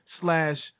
slash